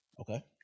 Okay